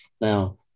Now